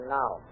now